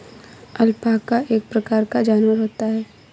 alpaca एक प्रकार का जानवर होता है